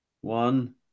one